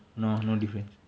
no no difference